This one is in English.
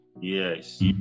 Yes